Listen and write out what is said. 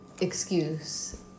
excuse